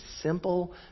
simple